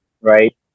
Right